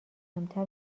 کمتر